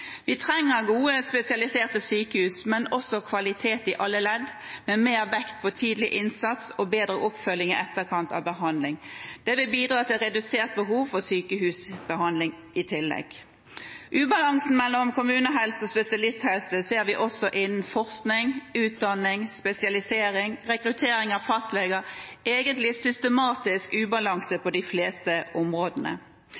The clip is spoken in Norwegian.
Vi trenger gode spesialiserte sykehus, men også kvalitet i alle ledd, med mer vekt på tidlig innsats og bedre oppfølging i etterkant av behandling. Det vil bidra til et redusert behov for sykehusbehandling i tillegg. Ubalansen mellom kommunehelse- og spesialisthelsetjenesten ser vi også innen forskning, utdanning, spesialisering, rekruttering av fastleger. Egentlig er det en systematisk ubalanse